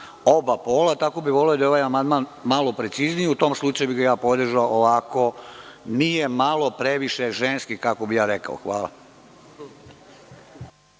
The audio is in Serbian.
oba pola. Tako bih voleo da je i ovaj amandman malo precizniji. U tom slučaju bih ga podržao, a ovako nije malo previše ženski, kako bih ja rekao. Hvala.